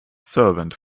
servant